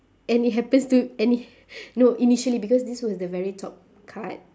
and it happens to and it no initially because this was the very top card